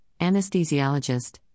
Anesthesiologist